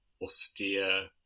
austere